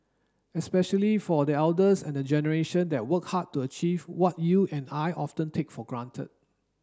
especially for the elders and the generation that worked hard to achieve what you and I often take for granted